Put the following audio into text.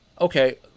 okay